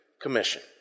Commission